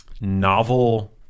novel